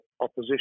opposition